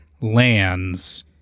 lands